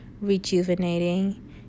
rejuvenating